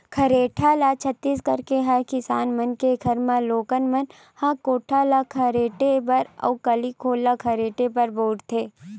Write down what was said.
खरेटा ल छत्तीसगढ़ के हर किसान मन के घर म लोगन मन ह कोठा ल खरहेरे बर अउ गली घोर ल खरहेरे बर बउरथे